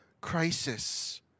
crisis